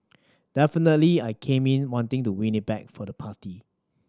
definitely I came in wanting to win it back for the party